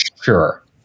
sure